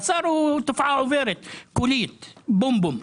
השר הוא תופעה עוברת, קולית, בומבום.